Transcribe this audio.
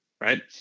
right